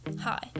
Hi